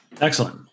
Excellent